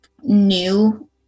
new